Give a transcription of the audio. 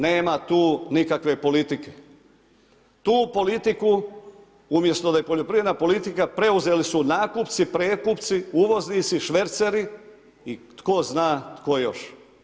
Nema tu nikakve politike, tu politiku umjesto da je poljoprivredna politika, preuzeli su nakupci, prekupci, uvoznici, šverceli i tko zna tko još.